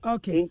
Okay